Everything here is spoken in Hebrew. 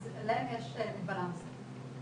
אז להם יש מגבלה מסוימת.